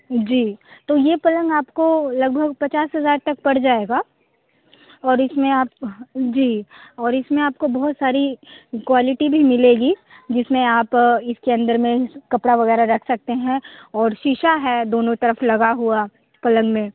जी तो यह पलंग आपको लगभग पचास हज़ार तक पड़ जाएगा और इसमें आप जी और इसमें आपको बहुत सारी क्वालिटी भी मिलेगी जिसमें आप इसके अंदर में कपड़े वग़ैरह रख सकते हैं और शीशा है दोनों तरफ़ लगा हुआ पलंग में